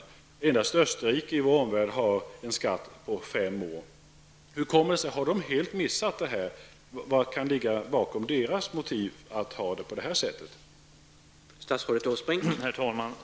I vår omvärld är det endast Österrike som har en skatt på innehav som varat under fem års tid. Hur kommer det sig? Har de helt missat detta? Vilka motiv kan de ha för att göra på detta sätt?